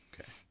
Okay